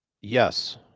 Yes